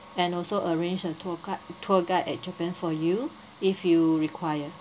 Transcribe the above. and also arrange a tour gui~ tour guide at japan for you if you require